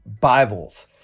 Bibles